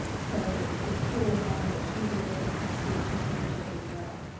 so it's it's truly an honor that she's able to have a state championship as well.